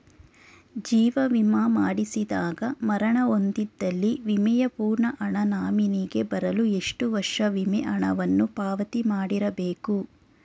ಜೀವ ವಿಮಾ ಮಾಡಿಸಿದಾಗ ಮರಣ ಹೊಂದಿದ್ದಲ್ಲಿ ವಿಮೆಯ ಪೂರ್ಣ ಹಣ ನಾಮಿನಿಗೆ ಬರಲು ಎಷ್ಟು ವರ್ಷ ವಿಮೆ ಹಣವನ್ನು ಪಾವತಿ ಮಾಡಿರಬೇಕು?